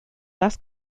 las